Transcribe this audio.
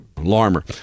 Larmer